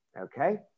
okay